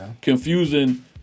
confusing